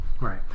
Right